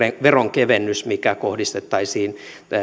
veronkevennys mikä kohdistettaisiin